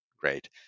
Great